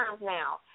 now